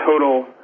total